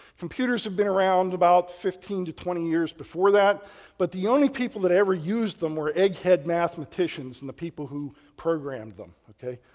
computers have been around about fifteen to twenty years before that but the only people that ever used them were egghead mathematicians and the people who programmed them, ok.